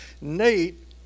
Nate